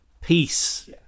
peace